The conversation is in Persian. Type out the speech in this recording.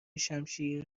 شمشیر